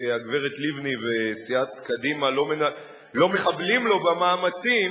כשהגברת לבני וסיעת קדימה לא מחבלים לו במאמצים,